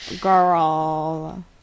Girl